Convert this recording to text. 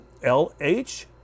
LH